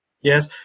yes